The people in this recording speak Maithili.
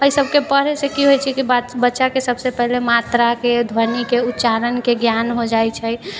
एहि सबके पढ़ैसँ कि होइ छै कि बच्चा सबके पढ़ैसँ पहिले मात्राके ध्वनिके उच्चारणके ज्ञान हो जाइ छै